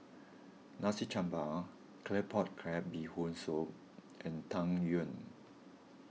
Nasi Campur Claypot Crab Bee Hoon Soup and Tang Yuen